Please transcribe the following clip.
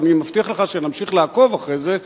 ואני מבטיח לך שנמשיך לעקוב אחרי זה,